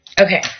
Okay